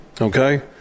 okay